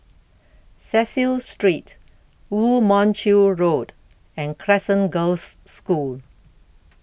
Cecil Street Woo Mon Chew Road and Crescent Girls' School